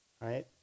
Right